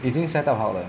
已经 setup 好了